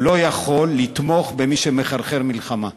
הוא לא יכול לתמוך במי שמחרחר מלחמה.